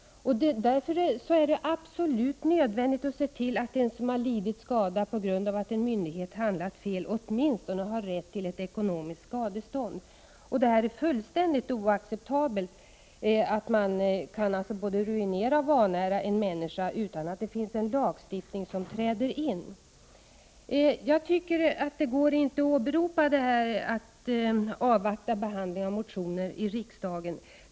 Därför är det absolut nödvändigt att se till att den som lidit skada på grund av att en myndighet har handlat fel åtminstone har rätt till ett ekonomiskt skadestånd. Det är fullständigt oacceptabelt att man kan både ruinera och vanära en människa utan att det finns en lagstiftning som träder in. Jag tycker inte man kan åberopa kommande motionsbehandling i riksdagen.